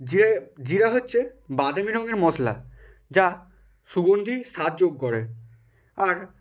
জিরা জিরা হচ্ছে বাদামী রঙের মশলা যা সুগন্ধি সাহায্য করে আর